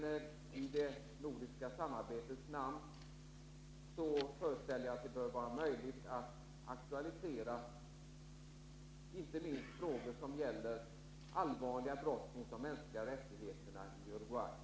Men i det nordiska samarbetet föreställer jag mig att det bör vara möjligt att aktualisera inte minst frågor som gäller allvarliga brott mot de mänskliga rättigheterna i Uruguay.